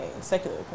secular